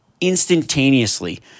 instantaneously